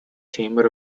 chamber